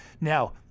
Now